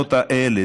המכינות האלה.